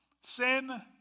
Sin